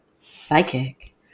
psychic